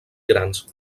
grans